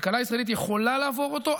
הכלכלה הישראלית יכולה לעבור אותו,